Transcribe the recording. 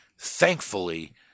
Thankfully